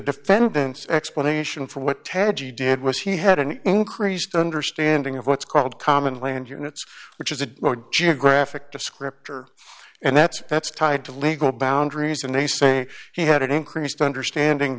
defendant's explanation for what teddy did was he had an increased understanding of what's called common land units which is a geographic descriptor and that's that's tied to legal boundaries and they say he had an increased understanding